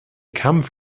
kampf